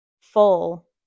full